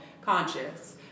conscious